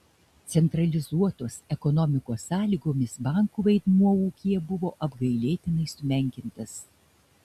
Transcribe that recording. centralizuotos ekonomikos sąlygomis bankų vaidmuo ūkyje buvo apgailėtinai sumenkintas